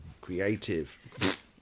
creative